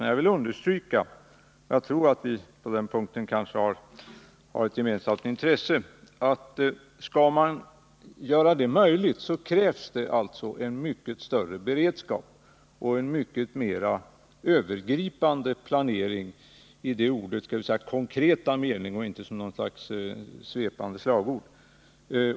Men jag vill understryka — och jag tror att vi på denna punkt har ett gemensamt intresse — att om vi skall kunna förverkliga detta nya synsätt krävs det en mycket större beredskap och en mycket mer övergripande planering i det ordets konkreta mening och inte som något slags svepande slagord.